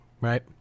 right